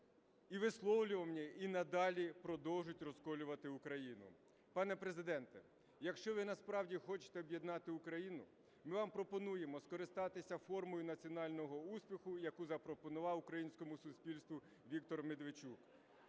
і висловлюваннями і надалі продовжать розколювати Україну. Пане Президенте, якщо ви насправді хочете об'єднати Україну, ми вам пропонуємо скористатися формою національного успіху, яку запропонував українському суспільству Віктор Медведчук.